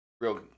real